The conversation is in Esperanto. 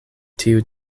tiu